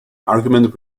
argument